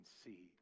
see